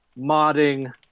modding